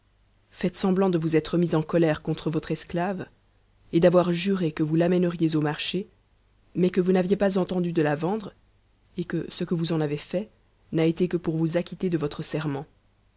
faites semblant de vous être mis en colère contre votre esclave et d'avoir juré que vous l'amèneriez au marché mais que vous n'aviez pas entendu de la vendre et que ce que vous en avez fait n'a été que pour vous acquitter de votf serment